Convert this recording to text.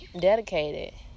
dedicated